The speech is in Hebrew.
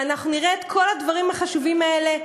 ואנחנו נראה את כל הדברים החשובים האלה,